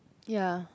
ya